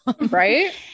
right